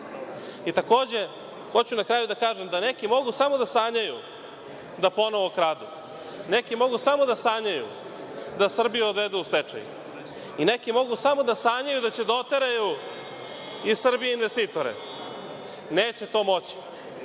hoću na kraju da kažem da neki mogu samo da sanjaju da ponovo kradu. Neki mogu samo da sanjaju da Srbiju odvedu u stečaj. Neki mogu samo da sanjaju da će da oteraju iz Srbije investitore. Neće to moći,